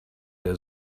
der